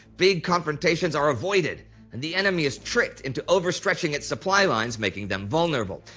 big confrontations are avoided and the enemy is tricked into overstretching its supply lines, making them vulnerable.